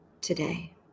today